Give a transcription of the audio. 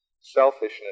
Selfishness